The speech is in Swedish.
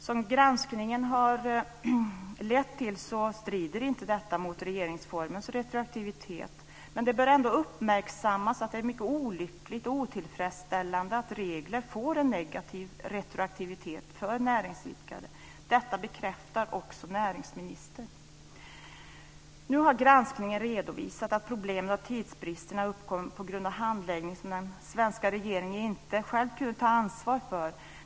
Som granskningen har visat strider inte detta mot regeringsformens retroaktivitetsförbud. Men det bör ändå uppmärksammas att det är mycket olyckligt och otillfredsställande att regler får en negativ retroaktivitet för näringsidkare. Detta bekräftar också näringsministern. Nu har granskningen visat att problemen med tidsbristerna uppkom på grund av handläggning som den svenska regeringen inte själv kunde ta ansvar för.